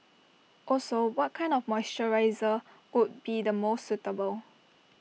also what kind of moisturiser would be the most suitable